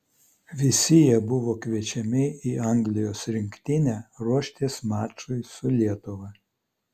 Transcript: visi jie buvo kviečiami į anglijos rinktinę ruoštis mačui su lietuva